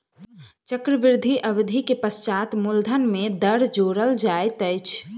चक्रवृद्धि अवधि के पश्चात मूलधन में दर जोड़ल जाइत अछि